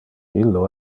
illo